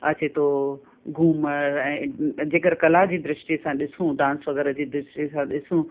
अचे थो घुमर ऐं जेकरि कला जी दृष्टि सां ॾिसूं डांस वग़ैरह जी दृष्टि सां ॾिसूं